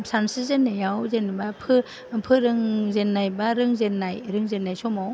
सानस्रिजेननायाव जेन'बा फोरों जेननाय बा रोंजेननाय रोंजेननाय समाव